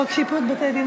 חוק שיפוט בתי-דין